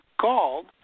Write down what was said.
called